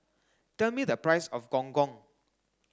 tell me the price of Gong Gong